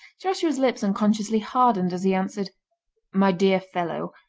joshua's lips unconsciously hardened as he answered my dear fellow,